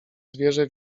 zwierzę